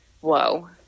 Whoa